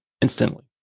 instantly